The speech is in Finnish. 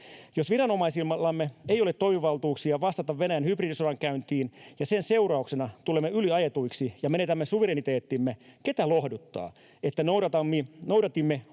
Jos viranomaisillamme ei ole toimivaltuuksia vastata Venäjän hybridisodankäyntiin ja sen seurauksena tulemme yliajetuiksi ja menetämme suvereniteettimme, ketä lohduttaa, että noudatimme oman